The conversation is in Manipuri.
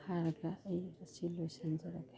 ꯍꯥꯏꯔꯒ ꯑꯩ ꯑꯁꯤ ꯂꯣꯏꯁꯤꯟꯖꯔꯒꯦ